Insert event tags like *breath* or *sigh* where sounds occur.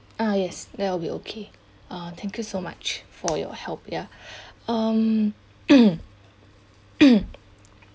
ah yes that will be okay uh thank you so much for your help ya *breath* um *coughs* *coughs*